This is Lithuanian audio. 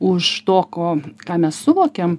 už to ko ką mes suvokiam